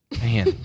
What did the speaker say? man